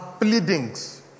pleadings